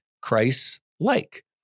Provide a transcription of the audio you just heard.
Christ-like